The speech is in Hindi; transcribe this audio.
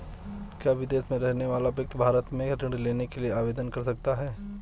क्या विदेश में रहने वाला व्यक्ति भारत में ऋण के लिए आवेदन कर सकता है?